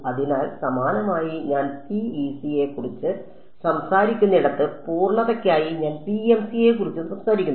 അതിനാൽ സമാനമായി ഞാൻ PEC യെക്കുറിച്ച് സംസാരിക്കുന്നിടത്ത് പൂർണ്ണതയ്ക്കായി ഞാൻ PMC യെക്കുറിച്ചും സംസാരിക്കുന്നു